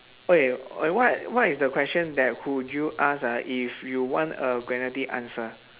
okay wait what what is the question that would you ask ah if you want a very deep answer